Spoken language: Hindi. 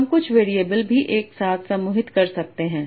हम कुछ वेरिएबल भी एक साथ समूहित कर सकते हैं